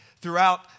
throughout